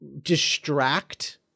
distract